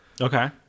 Okay